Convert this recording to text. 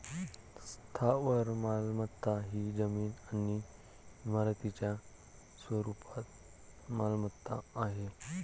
स्थावर मालमत्ता ही जमीन आणि इमारतींच्या स्वरूपात मालमत्ता आहे